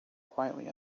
quietly